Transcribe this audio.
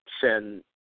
send